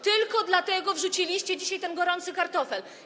Tylko dlatego wrzuciliście dzisiaj ten gorący kartofel.